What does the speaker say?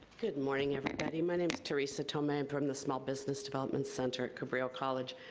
good morning, everybody. my name's teresa tolman from the small business development center at cabrillo college.